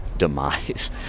demise